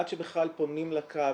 עד שבכלל פונים לקו,